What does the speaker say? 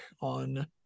on